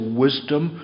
wisdom